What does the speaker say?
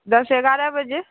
दश एगारह बजे